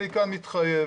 אני כאן מתחייב,